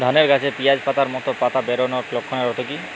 ধানের গাছে পিয়াজ পাতার মতো পাতা বেরোনোর লক্ষণের অর্থ কী?